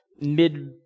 mid